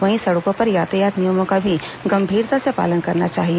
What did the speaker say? वहीं सड़कों पर यातायात नियमों का भी गंभीरता से पालन करना चाहिए